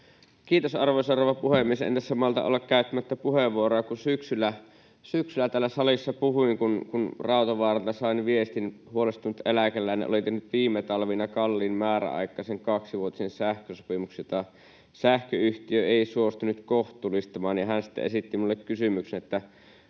Kiitos, arvoisa rouva puhemies! En tässä malta olla käyttämättä puheenvuoroa, kun syksyllä täällä salissa puhuin, että Rautavaaralta sain viestin. Huolestunut eläkeläinen oli tehnyt viime talvena kalliin määräaikaisen kaksivuotisen sähkösopimuksen, jota sähköyhtiö ei suostunut kohtuullistamaan, ja hän sitten esitti minulle kysymyksen, että